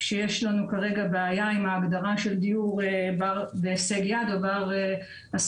שיש לנו כרגע בעיה עם ההגדרה של דיור בהישג יד או בר השגה,